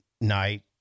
night